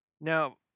Now